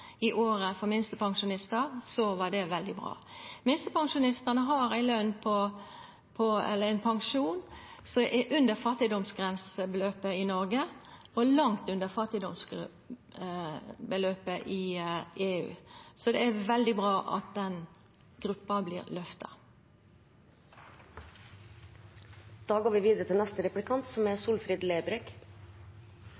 året for minstepensjonistar, var det veldig bra. Minstepensjonistane har ein pensjon som er under fattigdomsgrensa i Noreg og langt under fattigdomsgrensa i EU. Så det er veldig bra at den gruppa vert løfta.